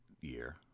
year